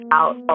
out